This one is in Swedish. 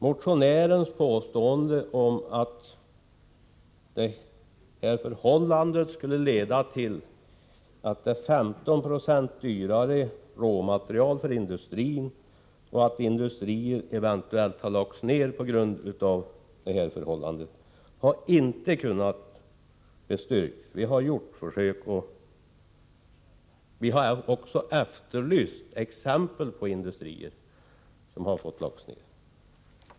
Motionärens påstående att det nuvarande förhållandet skulle ha lett till 15 96 dyrare råmaterial för industrin och att industrier eventuellt lagts ned på grund av detta förhållande har inte kunnat bestyrkas. Vi har gjort försök och efterlyst exempel på industrier som just av denna anledning fått läggas ned.